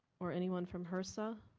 or anyone from hrsa?